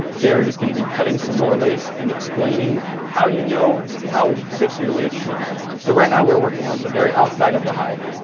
garrett is going to be cutting some more lace, and explaining how you know how thick your lace should be. so, right now we're working on the very outside of the hide,